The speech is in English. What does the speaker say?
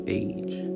age